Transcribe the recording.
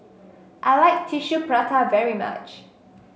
I like Tissue Prata very much